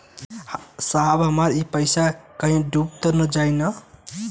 साहब हमार इ पइसवा कहि डूब त ना जाई न?